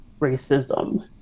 racism